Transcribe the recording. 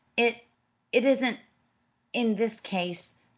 it it isn't in this case,